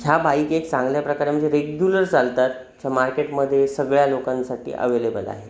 ह्या बाईक एक चांगल्या प्रकारे म्हणजे रेग्युलर चालतात त्या मार्केटमध्ये सगळ्या लोकांसाठी अवेलेबल आहेत